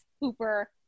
Hooper –